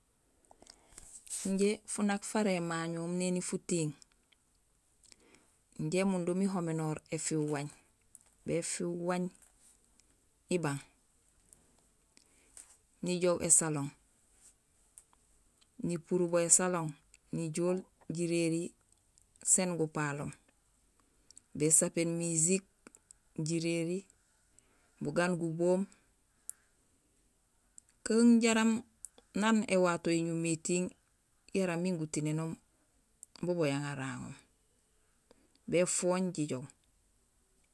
Injé funak fara émañoom néni futiiŋ, injé imundum ihoménor éfiiw waañ. Béfiiw waañ ibang, ijoow ésalon, nipurul bo ésalon, nijool jiréri sén gupaloom. Bésapéén music, jiréri, bugaan guboom kun jaraam naan éwato énumé étiiŋ yara miin gutinénoombubo yang araŋoom, béfooñ jijoow